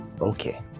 Okay